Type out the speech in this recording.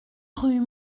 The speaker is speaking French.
rue